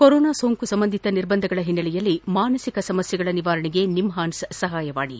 corona ಸೋಂಕು ಸಂಬಂಧಿತ ನಿರ್ಬಂಧಗಳ ಒನ್ನೆಲೆಯಲ್ಲಿ ಮಾನಸಿಕ ಸಮಸ್ಥೆಗಳ ನಿವಾರಣೆಗೆ ನಿಮ್ದಾನ್ಸ್ ಸಹಾಯವಾಣಿ